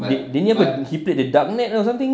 did dia nya he put in the dark net or something